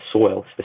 soil